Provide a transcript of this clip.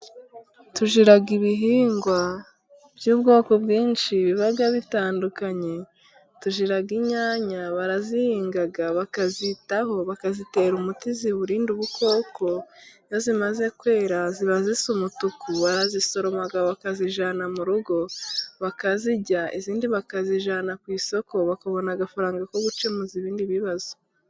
Tugira ibihingwa by'ubwoko bwinshi biba bitandukanye, tugira inyanya barazihinga bakazitaho bakazitera umuti uzirinda ubukoko, iyo zimaze kwera ziba zisa n' umutuku barazisoroma bakazijyana mu rugo bakazirya izindi bakazijyana ku isoko, bakabona amafaranga yo gukemuza ibindi bibazo.